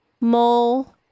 mole